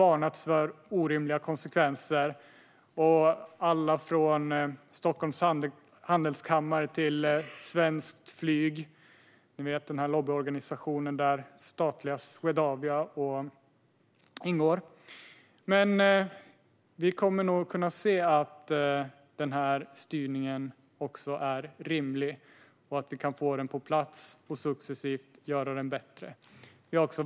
Alla, från Stockholms Handelskammare till Svenskt Flyg - lobbyorganisationen där statliga Swedavia ingår - har varnat för orimliga konsekvenser. Men vi kommer nog att kunna se att också den här styrningen är rimlig. Får vi den på plats kan vi också successivt göra den bättre.